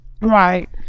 Right